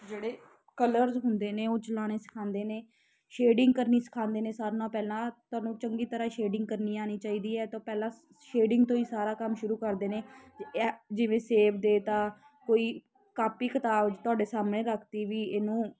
ਜਿਹੜੇ ਕਲਰਜ ਹੁੰਦੇ ਨੇ ਉਹ ਚਲਾਉਣੇ ਸਿਖਾਉਂਦੇ ਨੇ ਸ਼ੇਡਿੰਗ ਕਰਨੀ ਸਿਖਾਉਂਦੇ ਨੇ ਸਾਰਿਆ ਨਾਲੋਂ ਪਹਿਲਾਂ ਤੁਹਾਨੂੰ ਚੰਗੀ ਤਰ੍ਹਾਂ ਸ਼ੇਡਿੰਗ ਕਰਨੀ ਆਉਣੀ ਚਾਹੀਦੀ ਆ ਤੋਂ ਪਹਿਲਾਂ ਸ਼ੇਡਿੰਗ ਤੋਂ ਹੀ ਸਾਰਾ ਕੰਮ ਸ਼ੁਰੂ ਕਰਦੇ ਨੇ ਜਿਵੇਂ ਸੇਬ ਦੇ ਦਿੱਤਾ ਕੋਈ ਕਾਪੀ ਕਿਤਾਬ ਤੁਹਾਡੇ ਸਾਹਮਣੇ ਰੱਖ ਦਿੱਤੀ ਵੀ ਇਹਨੂੰ